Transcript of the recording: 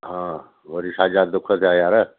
हा वरी छा जा दुख थिया यारु